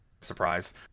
surprise